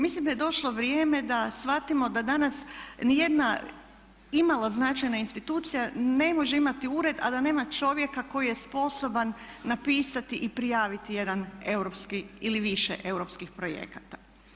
Mislim da je došlo vrijeme da shvatimo da danas niti jedna imalo značajna institucija ne može imati ured a da nema čovjeka koji je sposoban napisati i prijaviti jedan europski ili više europskih projekata.